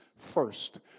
first